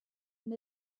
and